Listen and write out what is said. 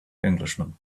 englishman